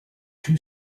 two